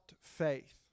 faith